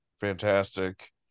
fantastic